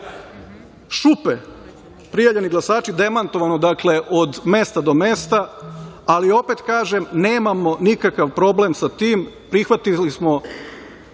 šupe, prijavljeni glasači, demantovano, dakle, od mesta do mesta, ali opet kažem, nemamo nikakav problem sa tim, prihvatili smo